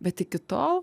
bet iki tol